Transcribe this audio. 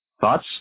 Thoughts